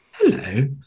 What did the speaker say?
hello